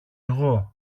εγώ